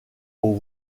aux